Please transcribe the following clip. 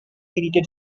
united